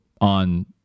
on